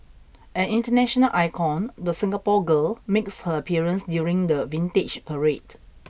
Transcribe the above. an international icon the Singapore Girl makes her appearance during the vintage parade